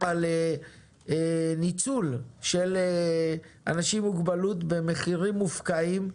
על ניצול של אנשים עם מוגבלות במחירים מופקעים,